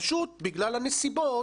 פשוט בגלל הנסיבות